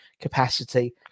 capacity